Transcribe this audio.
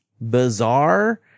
bizarre